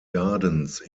gardens